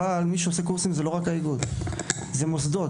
אבל מי שעושה קורסים זה לא רק האיגוד; אלה מוסדות,